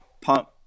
pump